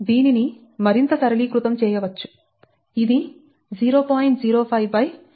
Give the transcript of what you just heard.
దీనిని మరింత సరళీకృతం చేయవచ్చు